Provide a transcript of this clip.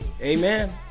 Amen